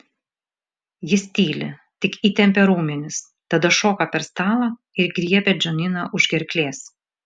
jis tyli tik įtempia raumenis tada šoka per stalą ir griebia džaniną už gerklės